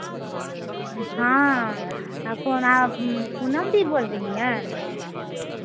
हाँ आप कौन आप पूनम दीदी बोल रही हैं